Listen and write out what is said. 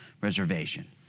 reservation